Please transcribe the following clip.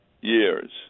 years